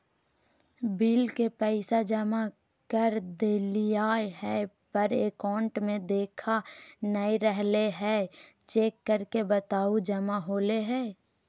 Bill के पैसा जमा कर देलियाय है पर अकाउंट में देखा नय रहले है, चेक करके बताहो जमा होले है?